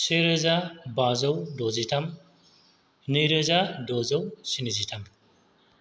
से रोजा बाजौ द'जिथाम नैरोजा द'जौ स्निजिथाम